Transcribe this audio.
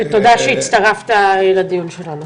ותודה שהצטרפת לדיון שלנו.